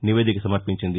నివేదిక సమర్పించింది